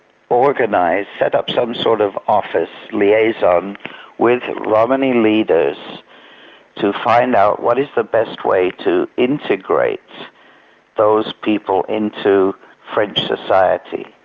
organise, set up some sort of office liaison with romani leaders to find out what is the best way to integrate those people into french society,